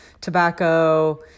tobacco